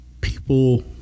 People